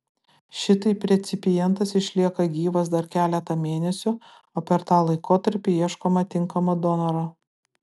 šitaip recipientas išlieka gyvas dar keletą mėnesių o per tą laikotarpį ieškoma tinkamo donoro